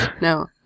No